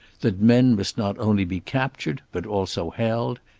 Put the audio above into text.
that men must not only be captured but also held,